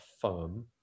firm